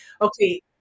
Okay